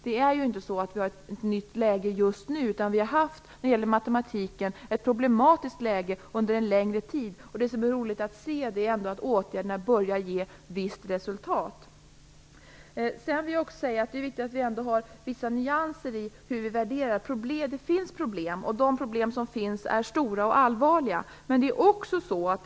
Detta är inget nytt läge som har uppstått just nu, utan läget när det gäller matematiken har varit problematiskt under en längre tid. Det som är roligt att se är ändå att åtgärderna börjar ge ett visst resultat. Det är viktigt att man är nyanserad när man värderar problem. Det finns problem, och de är stora och allvarliga.